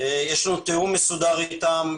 יש לנו תיאום מסודר אתם,